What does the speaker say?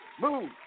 Move